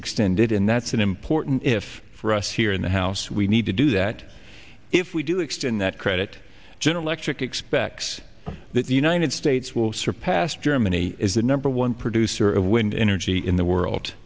extended and that's an important if for us here in the house we need to do that if we do extend that credit general electric expects that the united states will surpass germany is the number one producer of wind energy in the world